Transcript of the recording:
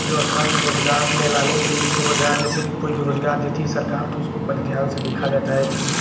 व्यवस्था को रोज़गार में लाने के लिए जिसको रोज़गार जैसे कि कोई रोज़गार देती है सरकार तो उसको पहले ध्यान से देखा जाता है कि यह